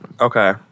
Okay